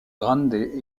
grande